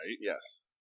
Yes